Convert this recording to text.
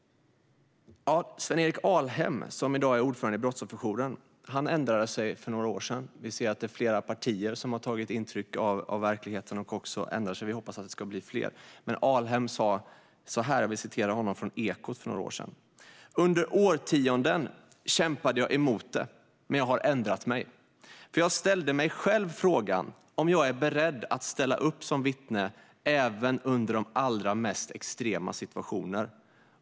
Sven-Erik Alhem, som i dag är ordförande i Brottsofferjourernas Riksförbund, ändrade sig för några år sedan. Vi ser också att det är flera partier som har tagit intryck av verkligheten och ändrat sig, och vi hoppas att det ska bli fler. Alhem sa så här i Ekot för några år sedan: Under årtionden kämpade jag emot det. Men jag har ändrat mig, för jag ställde mig själv frågan om jag är beredd att ställa upp som vittne även under de allra mest extrema situationer.